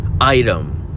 item